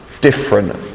different